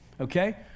okay